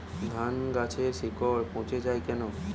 ধানগাছের শিকড় পচে য়ায় কেন?